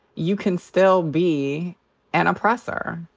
you can still be an oppressor.